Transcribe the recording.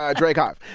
ah drake off.